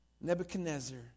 Nebuchadnezzar